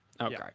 Okay